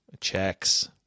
Checks